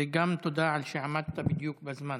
וגם תודה על שעמדת בדיוק בזמן.